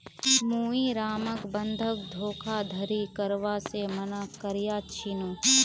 मुई रामक बंधक धोखाधड़ी करवा से माना कर्या छीनु